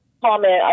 comment